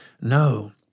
No